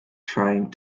trying